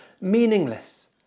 meaningless